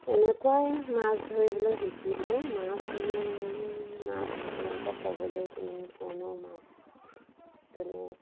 এনেকুৱাই মাছ ধৰিবলৈ শিকিলোঁ মাছ মানে মাছ আপোনালোকক ক'বলৈ কোনো ধৰণৰ মাছ তেনে